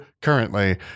currently